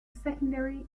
secondary